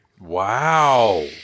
Wow